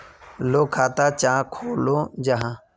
लोग खाता चाँ खोलो जाहा?